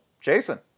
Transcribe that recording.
Jason